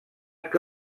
que